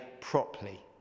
properly